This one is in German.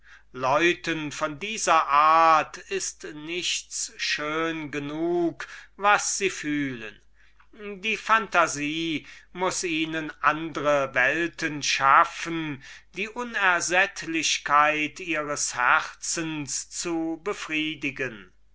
von dieser art ist nichts schön genug was sie sehen nichts angenehm genug was sie fühlen die phantasie muß ihnen andre welten erschaffen die unersättlichkeit ihres herzens zu befriedigen